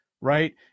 right